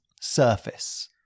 surface